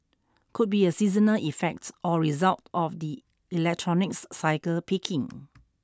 could be a seasonal effect or result of the electronics cycle peaking